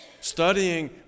studying